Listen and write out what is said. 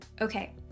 Okay